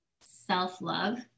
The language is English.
self-love